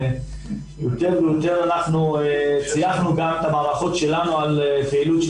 יותר ויותר שמנו את המערכות שלנו על הפעילות של